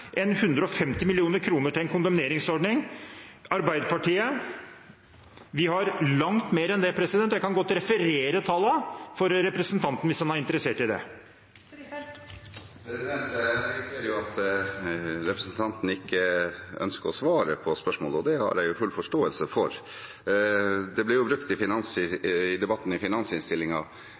150 mill. kr til en kondemneringsordning. Arbeiderpartiet har langt mer enn det. Jeg kan godt referere tallene for representanten hvis han er interessert i det. Jeg registrerer at representanten ikke ønsker å svare på spørsmålet, og det har jeg full forståelse for. I debatten om finansinnstillingen ble det brukt tre uker gamle artikler for å nedsnakke forliket som skjedde to dager før debatten.